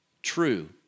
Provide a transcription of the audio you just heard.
True